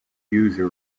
user